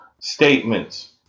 statements